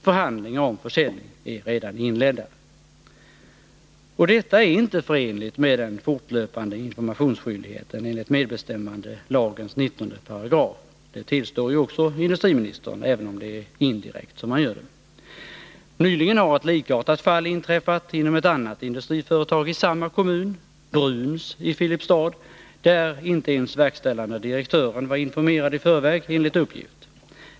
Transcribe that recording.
Förhandlingar om försäljning är redan inledda. Och detta är inte förenligt med den fortlöpande informationsskyldigheten enligt medbestämmandelagens 19 §. Det tillstår ju också industriministern, även om det är indirekt som han gör det. Nyligen har ett likartat fall inträffat inom ett annat industriföretag i samma kommun, Bruuns i Filipstad, där inte ens verkställande direktören var informerad i förväg, enligt uppgift.